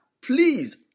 please